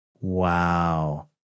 Wow